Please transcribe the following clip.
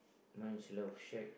mine is love shack